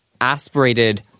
aspirated